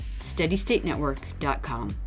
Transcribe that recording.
SteadyStateNetwork.com